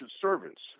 servants